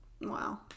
Wow